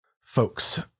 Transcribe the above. folks